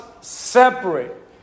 separate